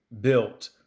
built